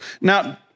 Now